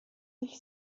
sich